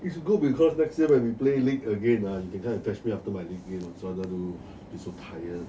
you should go because next year when we play league again ah you can come and fetch me after my league game so I don't have to be so tired